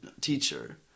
teacher